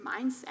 mindset